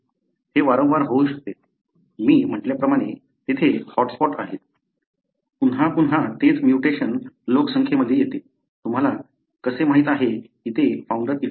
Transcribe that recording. हे वारंवार होऊ शकते मी म्हटल्या प्रमाणे तेथे हॉट स्पॉट आहे पुन्हा पुन्हा तेच म्युटेशन लोकसंख्येमध्ये येते तुम्हाला कसे माहित आहे की ते फाऊंडर इफेक्टमुळे आहे